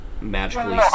magically